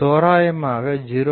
தோராயமாக 0